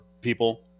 people